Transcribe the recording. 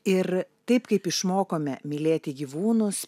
ir taip kaip išmokome mylėti gyvūnus